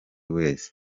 wese